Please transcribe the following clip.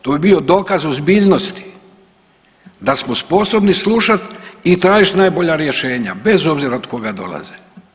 To bi bio dokaz ozbiljnosti da smo sposobni slušati i tražiti najbolja rješenja bez obzira od koga dolaze.